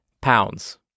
pounds